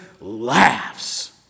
laughs